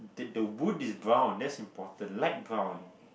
th~ the wood is brown that's important light brown